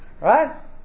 right